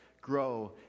grow